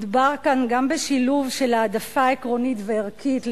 מדובר כאן גם בשילוב של העדפה עקרונית וערכית של